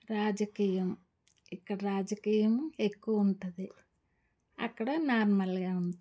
రాజకీయం ఇక్కడ రాజకీయం ఎక్కువ ఉంటుంది అక్కడ నార్మల్గా ఉంటుంది